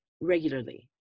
regularly